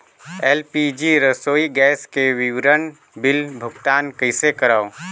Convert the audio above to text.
LPG रसोई gas के विवरण बिल भुगतान कइसे करों?